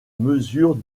mesure